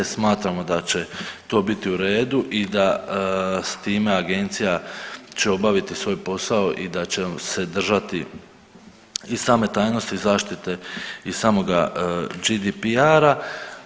Smatramo da će to biti u redu i da s time agencija će obaviti svoj posao i da će se držati i same tajnosti i zaštite i samoga GDPR-a.